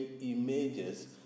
images